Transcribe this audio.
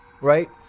right